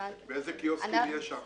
באיזה קיוסקים יהיה שם?